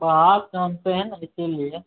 तऽ आउ तऽ हम तेहन